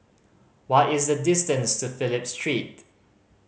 what is the distance to Phillip Street